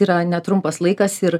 yra netrumpas laikas ir